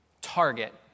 target